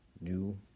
new